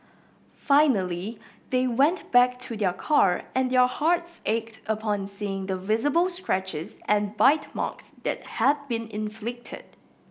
finally they went back to their car and their hearts ached upon seeing the visible scratches and bite marks that had been inflicted